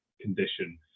condition